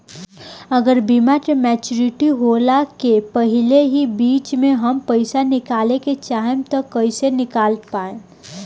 अगर बीमा के मेचूरिटि होला के पहिले ही बीच मे हम पईसा निकाले चाहेम त कइसे निकाल पायेम?